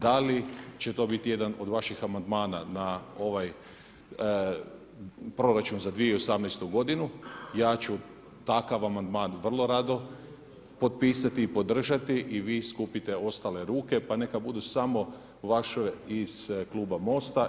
Da li će to biti jedan od vaših amandmana na ovaj proračun za 2018. g. Ja ću takav amandman vrlo rado potpisati i podržati i vi skupite ostale ruke, pa neka budu samo vaše iz Kluba Mosta.